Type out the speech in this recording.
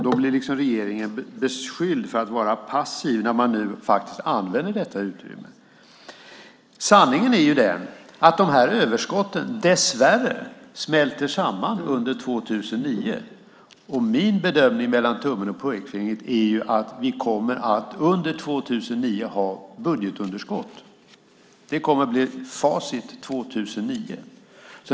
Då blir regeringen beskylld för att vara passiv när man nu använder detta utrymme. Sanningen är den att dessa överskott dessvärre smälter samman under 2009. Min bedömning mellan tummen och pekfingret är att vi under 2009 kommer att ha budgetunderskott. Det kommer att bli facit 2009.